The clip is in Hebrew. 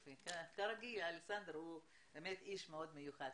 כרגיל, אלכסנדר הוא באמת איש מאוד מיוחד.